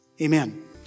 Amen